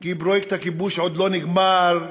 כי פרויקט הכיבוש עוד לא נגמר?